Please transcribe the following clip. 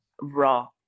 raw